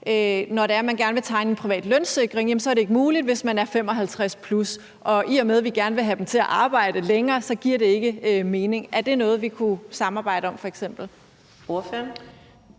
om, at når man gerne vil tegne en privat lønsikring, er det ikke muligt, hvis man er 55+ år. I og med at vi gerne vil have dem til at arbejde længere, giver det ikke mening. Er det noget, vi f.eks. kunne samarbejde om?